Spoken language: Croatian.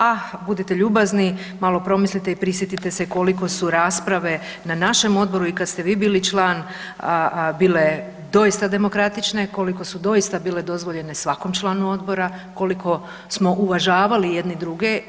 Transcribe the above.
A budite ljubazni malo promislite i prisjetite se koliko su rasprave na našem Odboru i kada ste vi bili član bile doista demokratične, koliko su doista bile dozvoljene svakom članu Odbora, koliko smo uvažavali jedni druge.